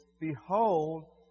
Behold